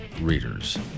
readers